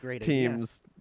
teams